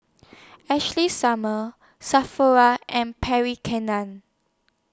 Ashley Summers Sephora and Pierre Ken NAN